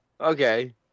Okay